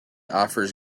offers